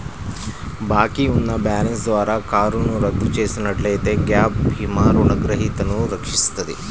బాకీ ఉన్న బ్యాలెన్స్ ద్వారా కారును రద్దు చేసినట్లయితే గ్యాప్ భీమా రుణగ్రహీతను రక్షిస్తది